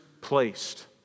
placed